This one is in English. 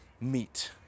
meet